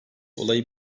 olayı